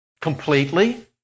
Completely